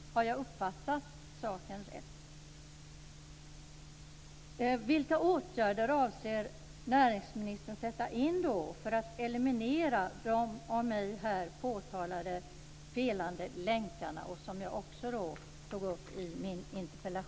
Har jag uppfattat saken rätt?